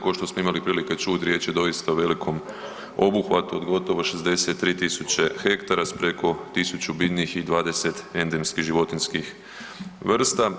Ko što smo imali prilike čuti riječ je doista o velikom obuhvatu od gotovo 63.000 hektara s preko 1.000 biljnih i 20 endemskih životinjskih vrsta.